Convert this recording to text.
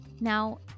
Now